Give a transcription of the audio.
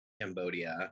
Cambodia